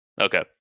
Okay